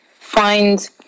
find